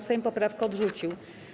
Sejm poprawkę odrzucił.